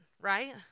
right